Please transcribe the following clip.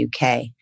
UK